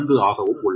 ஆகவும் உள்ளது